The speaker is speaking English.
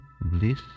bliss